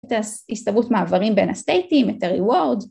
‫את ההסתברות מעברים ‫בין הסטייטים, את הריוורד.